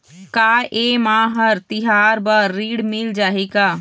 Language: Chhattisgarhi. का ये मा हर तिहार बर ऋण मिल जाही का?